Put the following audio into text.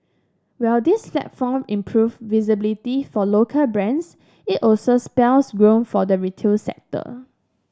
while this platform improve visibility for local brands it also spells real for the retail sector